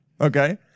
Okay